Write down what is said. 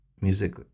music